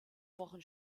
wochen